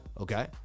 okay